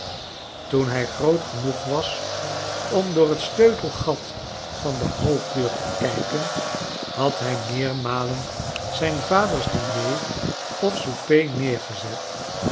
toen hij groot genoeg was om door het sleutelgat van de hoofddeur te kijken had hij meermalen zijn vaders diner of souper neergezet